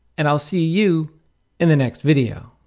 and i'll see you in the next video.